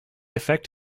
effect